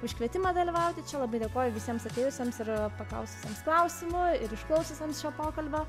už kvietimą dalyvauti čia labai dėkoju visiems atėjusiems ir paklaususiems klausimų ir išklausiusiems šio pokalbio